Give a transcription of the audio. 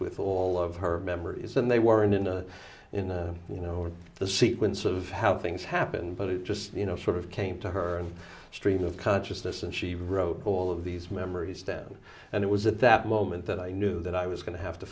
with all of her memories and they were in a in a you know in the sequence of how things happened but it just you know sort of came to her and stream of consciousness and she wrote all of these memories down and it was at that moment that i knew that i was going to have to